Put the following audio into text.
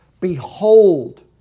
behold